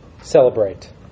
Celebrate